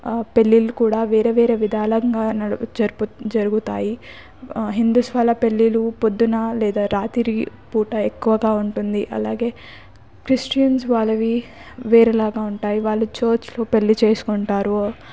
పెళ్ళిళ్ళు కూడా వేరే వేరే విధాలుగా జరుపు జరుగుతాయి ఆ హిందూస్ వాళ్ళ పెళ్ళిళ్ళు పొద్దున లేదా రాత్రి పూట ఎక్కువగా ఉంటుంది అలాగే క్రిస్టియన్స్ వాళ్ళవి వేరే లాగా ఉంటాయి వాళ్ళు చర్చ్లో పెళ్ళి చేసుకుంటారు